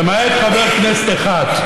למעט חבר כנסת אחד,